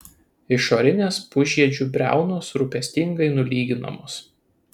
išorinės pusžiedžių briaunos rūpestingai nulyginamos